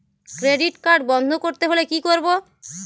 Credit card বন্ধ করতে হলে কি করব?